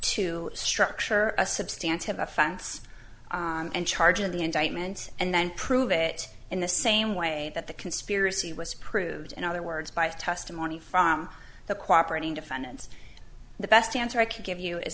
to structure a substantial offense and charge of the indictment and then prove it in the same way that the conspiracy was proved in other words by testimony from the cooperate in defendants the best answer i can give you is